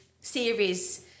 series